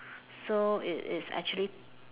so it is actually